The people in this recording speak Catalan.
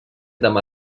demà